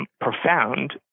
profound